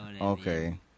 Okay